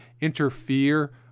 interfere